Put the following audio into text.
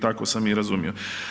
Tako sam i razumio.